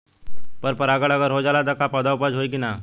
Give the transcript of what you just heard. पर परागण अगर हो जाला त का पौधा उपज होई की ना?